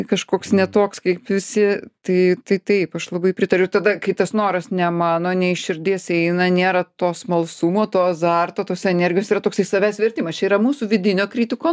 kažkoks netoks kaip visi tai tai taip aš labai pritariu tada kai tas noras ne mano ne iš širdies eina nėra to smalsumo to azarto tos energijos yra toksai savęs vertimas čia yra mūsų vidinio kritiko